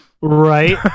right